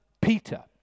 Peter